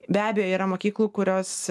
be abejo yra mokyklų kurios